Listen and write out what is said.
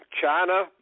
China